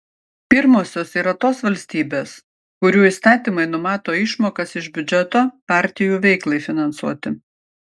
pirmosios yra tos valstybės kurių įstatymai numato išmokas iš biudžeto partijų veiklai finansuoti